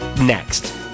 next